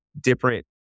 different